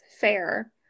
fair